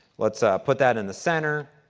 let's ah put that in the center.